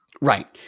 Right